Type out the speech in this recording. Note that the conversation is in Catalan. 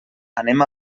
anem